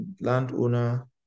landowner